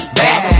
back